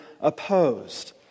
opposed